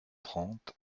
trente